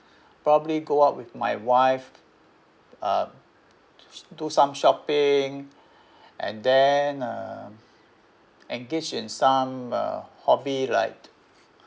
probably go out with my wife uh do some shopping and then um engage in some uh hobby like